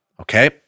okay